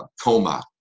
coma